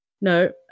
no